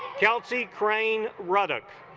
kelsey crane ruddock